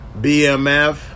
BMF